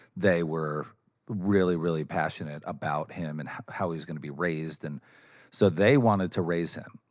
they were really, really passionate about him and how he was gonna be raised. and so they wanted to raise him.